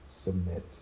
Submit